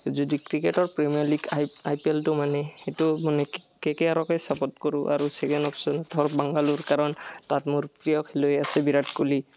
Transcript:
যদি ক্ৰিকেটৰ premier league I I P এলটো মানে সেইটো মানে কে কে আৰকে ছাপৰ্ট কৰোঁ আৰু চেকেণ্ড অপশ্যন হ'ল বাংগালোৰ কাৰণ তাত মোৰ প্ৰিয় খেলুৱৈ আছে বিৰাট কোহলী